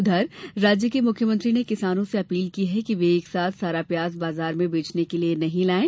उधर राज्य के मुख्यमंत्री ने किसानों से अपील की है कि वे एक साथ सारा प्याज बाजार में बेंचने के लिये नहीं लायें